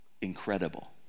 incredible